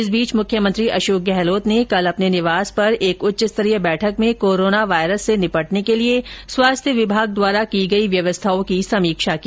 इस बीच मुख्यमंत्री अशोक गहलोत ने कल अपने निवास पर एक उच्च स्तरीय बैठक में कोरोना वायरस से निपटने के लिए स्वास्थ्य विभाग द्वारा की गई व्यवस्थाओं की समीक्षा की